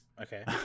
okay